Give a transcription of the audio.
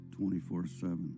24-7